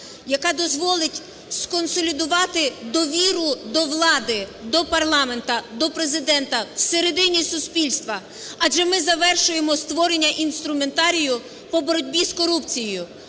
яка дозволить сконсолідувати довіру до влади, до парламенту, до Президента всередині суспільства, адже ми завершуємо створення інструментарію по боротьбі з корупцією.